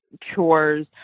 chores